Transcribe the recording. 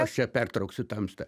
aš čia pertrauksiu tamstą